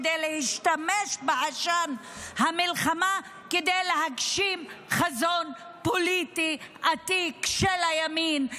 כדי להשתמש בעשן המלחמה כדי להגשים חזון פוליטי עתיק של הימין,